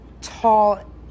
tall